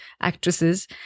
actresses